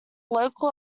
local